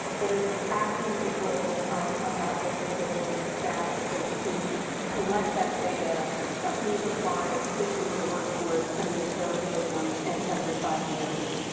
is asking people about their disability status so you can collect that data of who's applying, who's in your workforce, and then surveying them every five years.